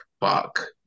fuck